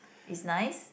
it's nice